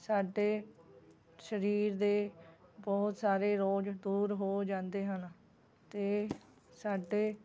ਸਾਡੇ ਸਰੀਰ ਦੇ ਬਹੁਤ ਸਾਰੇ ਰੋਗ ਦੂਰ ਹੋ ਜਾਂਦੇ ਹਨ ਅਤੇ ਸਾਡੇ